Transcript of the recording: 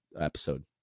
episode